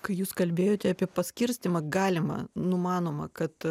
kai jūs kalbėjote apie paskirstymą galimą numanomą kad